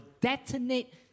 detonate